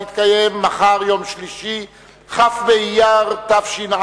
בשבט התש"ע (20 בינואר 2010):